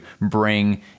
bring